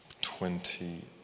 twenty